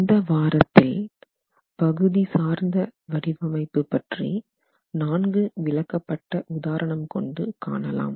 இந்த வாரத்தில் பகுதி சார்ந்த வடிவமைப்பு பற்றி நான்கு விளக்கப்பட்ட உதாரணம் கொண்டு காணலாம்